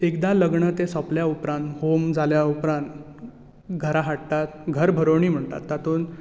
एकदां तें लग्न सोपल्या उपरांत होम जाल्या उपरांत घरा हाडटात घर भरोंवणी म्हणटा तातूंत